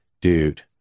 Dude